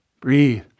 Breathe